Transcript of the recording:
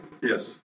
Yes